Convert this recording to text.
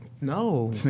No